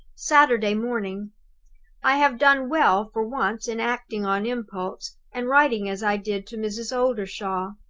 saturday morning i have done well for once in acting on impulse, and writing as i did to mrs. oldershaw.